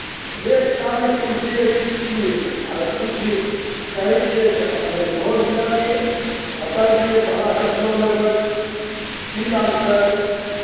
date तारीख कुल दियै लिख अगर किछु कहै छियै तऽ अपने एड्भाँस लए लियै बताए दियै भाड़ा केतना लेबै की लागतै